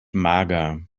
mager